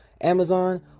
Amazon